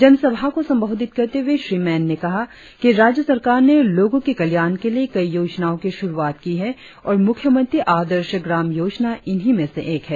जन सभा को संबोधित करते हुए श्री मेन ने कहा कि राज्य सरकार ने लोगों के कल्याण के लिए कई योजनाओं की शुरुआत की है और मुख्यमंत्री आदर्श ग्राम योजना इन्ही में से एक है